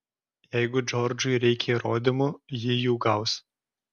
jeigu džordžui reikia įrodymų ji jų gaus